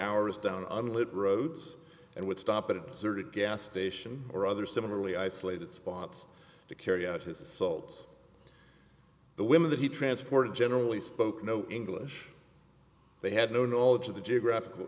hours down on lit roads and would stop at a certain gas station or other similarly isolated spots to carry out his salts the women that he transported generally spoke no english they had no knowledge of the geographical